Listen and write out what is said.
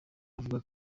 avuga